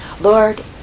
Lord